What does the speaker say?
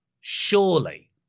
surely